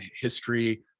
history